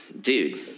dude